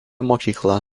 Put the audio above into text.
mokykla